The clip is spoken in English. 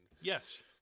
Yes